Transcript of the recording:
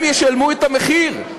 הם ישלמו את המחיר.